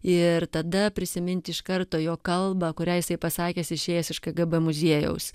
ir tada prisiminti iš karto jo kalbą kurią jisai pasakęs išėjęs iš kgb muziejaus